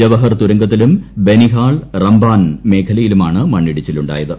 ജവഹർ തുരങ്കത്തിലും ബനിഹാൾ റമ്പാൻ മേഖലയിലുമാണ് മണ്ണിടിച്ചിലുണ്ടായത്